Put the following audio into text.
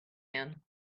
man